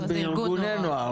זה ארגון נוער.